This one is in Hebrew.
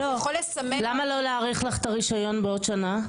למה לא להאריך לך את הרשיון בעוד שנה?